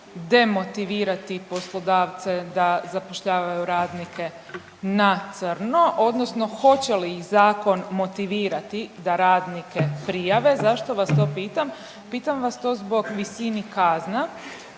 demotivirati poslodavce da zapošljavaju radnike na crno odnosno hoće li iz zakon motivirati da radnike prijave? Zašto vas to pitam? Pitam vas to zbog visini kazna,